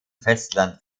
festland